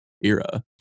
Era